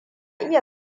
iya